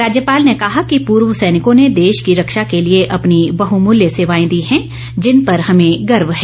राज्यपाल ने कहा कि पूर्व सैनिकों ने देश की रक्षा के लिए अपनी बहुमूल्य सेवाएं दी हैं जिन पर हमें गर्व है